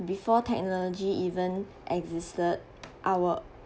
before technology even existed our